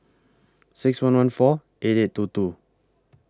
six one one four eight eight two two